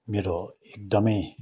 मेरो एकदमै